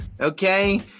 okay